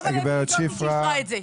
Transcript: שפרה שחר,